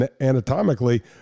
anatomically